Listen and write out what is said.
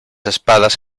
espadas